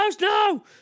No